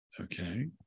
Okay